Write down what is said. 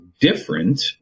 different